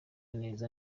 neza